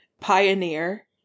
pioneer